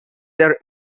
their